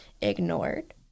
ignored